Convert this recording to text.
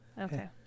okay